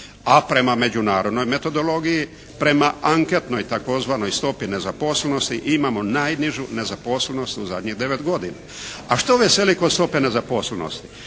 a prema međunarodnoj metodologiji, prema anketnoj tzv. stopi nezaposlenosti imamo najnižu nezaposlenost u zadnjih devet godina. A što veseli kod stope nezaposlenosti?